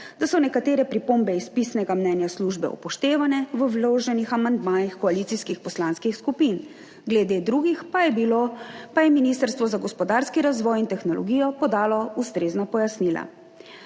da so nekatere pripombe iz pisnega mnenja službe upoštevane v vloženih amandmajih koalicijskih poslanskih skupin, glede drugih pa je Ministrstvo za gospodarski razvoj in tehnologijo podalo ustrezna pojasnila.